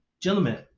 Gentlemen